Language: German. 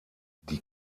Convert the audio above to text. die